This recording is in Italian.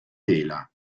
tela